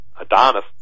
Adonis